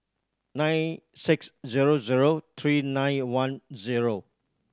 nine six zero zero three nine one zero